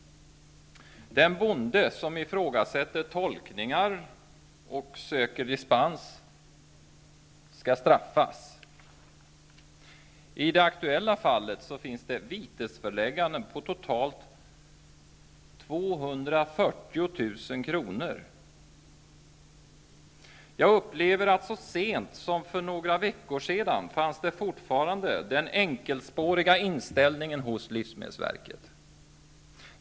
Den bonde som ifrågasätter tolkningar och söker dispens skall straffas. I det aktuella fallet finns vitesförelägganden om totalt 240 000 kr. Så sent som för några veckor sedan fanns fortfarande denna enkelspåriga inställning hos livsmedelsverket.